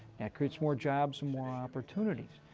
that creates more jobs and more opportunities.